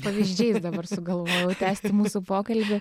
aš pavyzdžiais dabar galvojau tęsti mūsų pokalbį